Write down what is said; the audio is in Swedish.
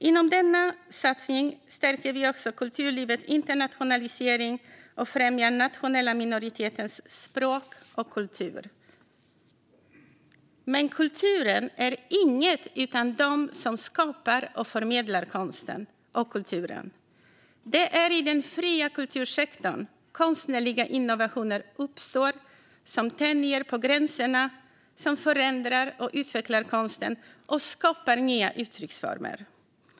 Inom denna satsning stärker vi också kulturlivets internationalisering och främjar de nationella minoriteternas språk och kultur. Men kulturen är inget utan dem som skapar och förmedlar konsten och kulturen. Det är i den fria kultursektorn som konstnärliga innovationer uppstår som tänjer på gränserna, förändrar och utvecklar konsten och skapar nya uttrycksformer.